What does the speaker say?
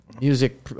music